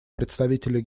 представителя